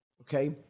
Okay